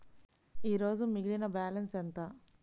ఈరోజు మిగిలిన బ్యాలెన్స్ ఎంత?